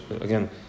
again